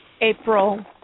April